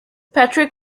patrick